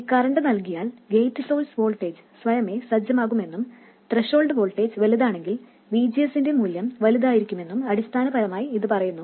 ഈ കറന്റ് നൽകിയാൽ gate source voltage സ്വയമേ സജ്ജമാകുമെന്നും ത്രെഷോൾഡ് വോൾട്ടേജ് വലുതാണെങ്കിൽ VGS ന്റെ മൂല്യം വലുതായിരിക്കുമെന്നും അടിസ്ഥാനപരമായി ഇത് പറയുന്നു